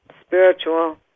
spiritual